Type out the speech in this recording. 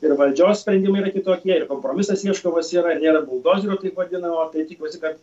ir valdžios sprendimai yra kitokie ir kompromisas ieškomas yra ir nėra buldozerio taip vadinamo tai tikiuosi kad